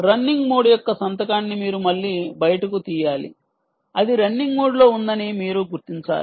running mode యొక్క సంతకాన్ని మీరు మళ్ళీ బయటకు తీయాలి అది రన్నింగ్ మోడ్లో ఉందని మీరు గుర్తించాలి